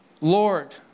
Lord